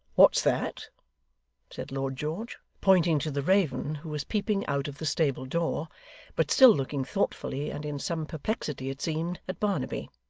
what's that said lord george pointing to the raven who was peeping out of the stable-door but still looking thoughtfully, and in some perplexity, it seemed, at barnaby.